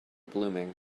blooming